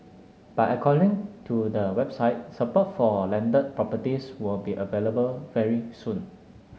but according to the website support for landed properties will be available very soon